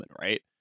Right